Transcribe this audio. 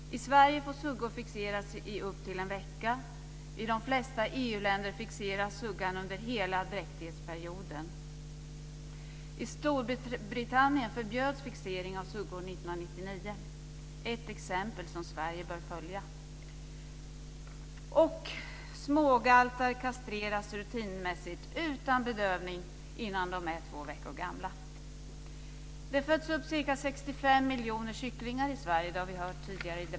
I Sverige får suggor fixeras i upp till en vecka. I de flesta EU-länder fixeras suggan under hela dräktighetsperioden. Ett exempel som Sverige bör följa. Smågaltar kastreras rutinmässigt utan bedövning innan de är två veckor gamla. Det har vi hört tidigare i debatten.